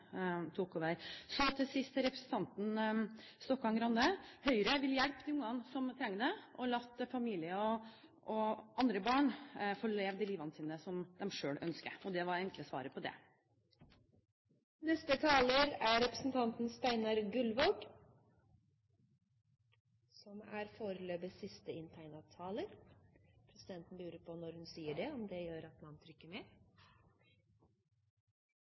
tok over. Så, til sist, til representanten Stokkan-Grande: Høyre vil hjelpe de barna som trenger det, og la familier og andre barn leve sine liv slik de selv ønsker. Det er det enkle svaret på det. Representanten Steinar Gullvåg, som har hatt ordet to ganger og får ordet til en kort merknad begrenset til 1 minutt, er foreløpig siste inntegnede taler. Presidenten lurer på om det at hun sier det, gjør at man trykker